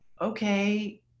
okay